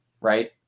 Right